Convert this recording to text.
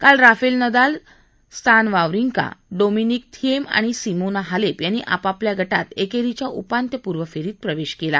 काल Rafael Nadal Stan Wawrinka Dominic Thiem आणि Simona Halep यांनी आपापल्या गटात एकेरीच्या उपांत्यपूर्व फेरीत प्रवेश केला